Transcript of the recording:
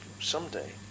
someday